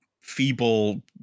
feeble